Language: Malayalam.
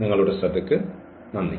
നിങ്ങളുടെ ശ്രദ്ധയ്ക്ക് നന്ദി